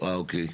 אוקיי.